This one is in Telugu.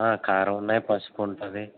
కారం ఉన్నాయి పసుపు ఉంటుంది